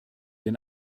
den